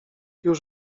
już